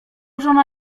żona